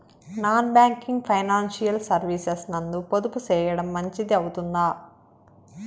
Non banking financial services నందు పొదుపు సేయడం మంచిది అవుతుందా?